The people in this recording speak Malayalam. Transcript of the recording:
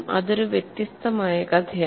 അതൊരു വ്യത്യസ്തമായ കഥയാണ്